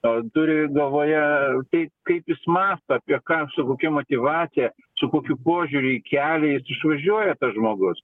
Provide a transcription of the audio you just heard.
o turi galvoje kaip kaip jis mąsto apie ką su kokia motyvacija su kokiu požiūriu į kelią jis išvažiuoja tas žmogus